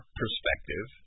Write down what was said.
perspective